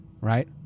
right